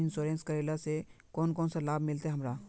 Insurance करेला से कोन कोन सा लाभ मिलते हमरा?